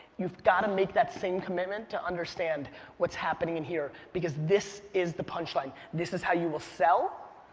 you've gotta make that same commitment to understand what's happening in here, because this is the punchline, this is how you will sell.